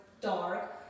dark